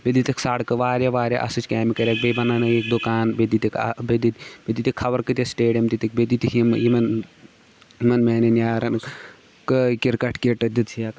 بیٚیہِ دِتِکھۍ سڑکہٕ واریاہ واریاہ اَسٕج کامہِ کَرٮ۪کھ بیٚیہِ بناونٲیِکھ دُکان بیٚیہِ دِتِکھۍ آ بیٚیہِ دِتۍ بیٚیہِ دِتِکھۍ خبر کٲتیاہ سٹیڈیَم دِتِکھۍ بیٚیہِ دِتِکھۍ یِم یِمَن یِمَن میٛانٮ۪ن یارَن کٲ کِرکَٹ کِٹ دِتہکھ